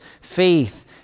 faith